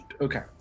Okay